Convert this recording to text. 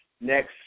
next